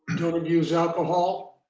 don't abuse alcohol.